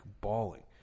bawling